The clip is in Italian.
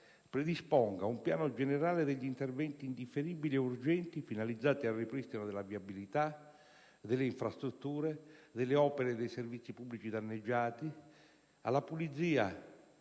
predisponga un piano generale degli interventi indifferibili e urgenti finalizzati al ripristino della viabilità, delle infrastrutture, delle opere e dei servizi pubblici danneggiati, alla pulizia,